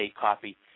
copy